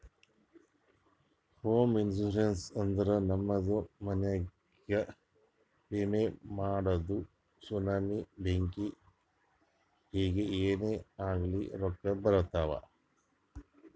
ಹೋಮ ಇನ್ಸೂರೆನ್ಸ್ ಅಂದುರ್ ನಮ್ದು ಮನಿಗ್ಗ ವಿಮೆ ಮಾಡದು ಸುನಾಮಿ, ಬೆಂಕಿ ಹಿಂಗೆ ಏನೇ ಆಗ್ಲಿ ರೊಕ್ಕಾ ಬರ್ತಾವ್